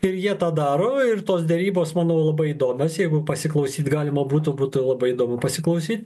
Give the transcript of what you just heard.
ir jie tą daro ir tos derybos manau labai įdomios jeigu pasiklausyt galima būtų būtų labai įdomu pasiklausyt